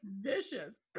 vicious